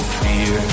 fear